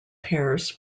pairs